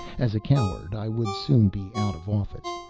as a coward, i would soon be out of office.